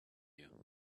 you